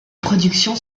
production